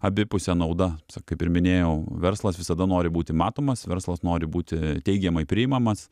abipusė nauda kaip ir minėjau verslas visada nori būti matomas verslas nori būti teigiamai priimamas